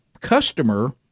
customer